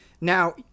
Now